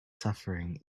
suffering